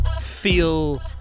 feel